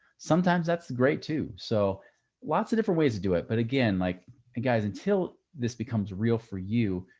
sometimes. that's great too. so lots of different ways to do it. but again, like and guys, until this becomes real for you,